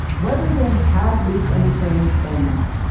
whether they had leaked anything or not,